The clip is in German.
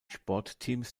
sportteams